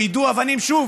כשיידו אבנים שוב